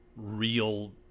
Real